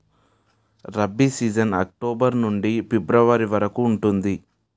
rabi season October నుండి February వరకు ఉంటుంది